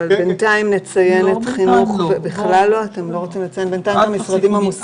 בינתיים אתם לא רוצים לציין את משרד החינוך?